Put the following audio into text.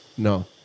No